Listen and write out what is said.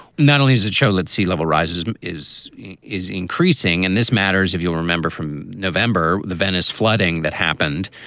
not only is it show that sea level rises is is increasing and this matters. if you'll remember from november, the venice flooding that happened,